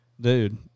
Dude